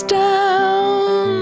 down